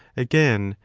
again,